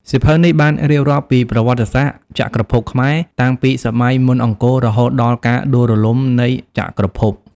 សៀវភៅនេះបានរៀបរាប់ពីប្រវត្តិសាស្ត្រចក្រភពខ្មែរតាំងពីសម័យមុនអង្គររហូតដល់ការដួលរលំនៃចក្រភព។